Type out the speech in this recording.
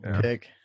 pick